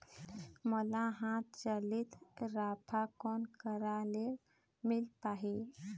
मोला हाथ चलित राफा कोन करा ले मिल पाही?